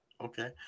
okay